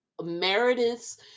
Meredith's